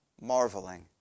marveling